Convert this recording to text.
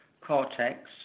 cortex